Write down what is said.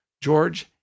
George